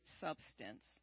substance